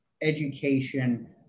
education